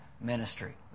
ministry